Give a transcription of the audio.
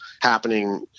happening